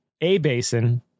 A-Basin